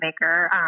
maker